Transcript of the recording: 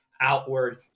outward